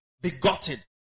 begotten